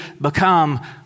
become